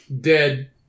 Dead